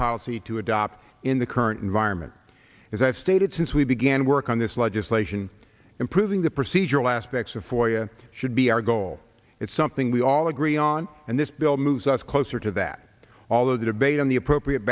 policy to adopt in the current environment as i've stated since we i began work on this legislation improving the procedural aspects of foyer should be our goal it's something we all agree on and this bill moves us closer to that although the debate on the appropriate